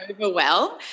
overwhelmed